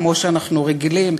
כמו שאנחנו רגילים.